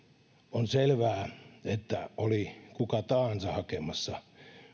on selvää että oli kuka tahansa hakemassa